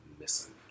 missing